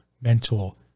mental